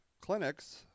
Clinics